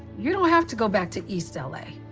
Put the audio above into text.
you don't have to go back to east l a.